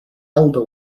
elder